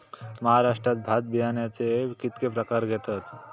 महाराष्ट्रात भात बियाण्याचे कीतके प्रकार घेतत?